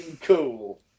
cool